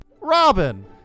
Robin